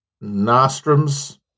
nostrums